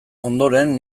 ondoren